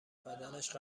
بدنش